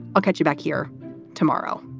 i'll catch you back here tomorrow